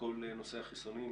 בכל נושא החיסונים.